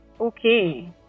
Okay